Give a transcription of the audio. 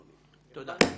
תודה.